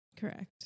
Correct